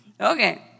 Okay